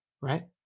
right